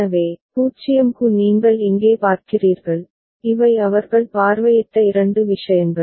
எனவே 0 க்கு நீங்கள் இங்கே பார்க்கிறீர்கள் இவை அவர்கள் பார்வையிட்ட இரண்டு விஷயங்கள்